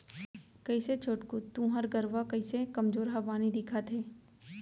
कइसे छोटकू तुँहर गरूवा कइसे कमजोरहा बानी दिखत हे